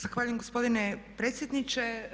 Zahvaljujem gospodine predsjedniče.